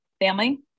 family